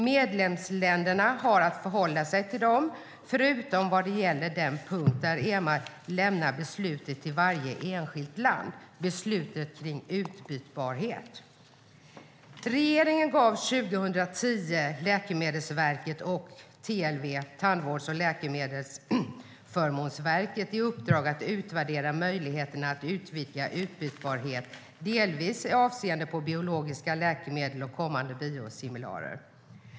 Medlemsländerna ska förhålla sig till dem, förutom vad gäller den punkt där EMA lämnar beslutet till varje enskilt land - beslutet kring utbytbarhet. Regeringen gav 2010 Läkemedelsverket och TLV, Tandvårds och läkemedelsförmånsverket, i uppdrag att utvärdera möjligheten att utvidga utbytbarhet, delvis avseende biologiska läkemedel och kommande biosimilarer.